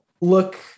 look